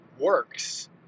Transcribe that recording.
works